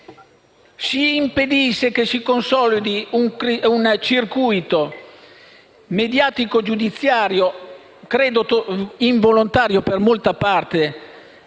Si impedisce che si consolidi un circuito mediatico‑giudiziario, credo involontario per molta parte,